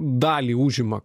dalį užima